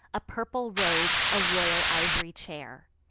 a purple robe, a royal iv'ry chair,